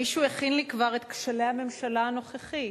מישהו הכין לי כבר את "כשליה של הממשלה הנוכחית".